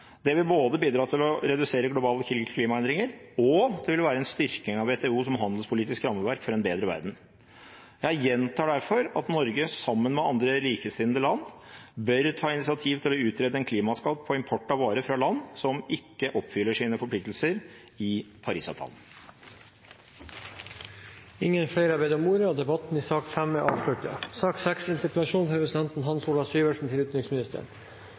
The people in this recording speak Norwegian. Det vil bidra til å redusere globale klimaendringer, og det vil være en styrking av WTO som handelspolitisk rammeverk for en bedre verden. Jeg gjentar derfor at Norge sammen med andre likesinnede land bør ta initiativ til å utrede en klimaskatt på import av varer fra land som ikke oppfyller sine forpliktelser i Parisavtalen. Flere har ikke bedt om ordet til sak nr. 5. Denne interpellasjonen kommer sent på kvelden, men den er ikke mindre viktig av den grunn. Og de av oss som bladde opp i